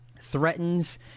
threatens